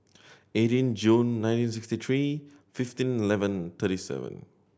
eighteen June nine six tree fifteen eleven thirty seven